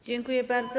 Dziękuję bardzo.